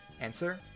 answer